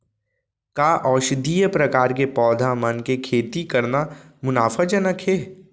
का औषधीय प्रकार के पौधा मन के खेती करना मुनाफाजनक हे?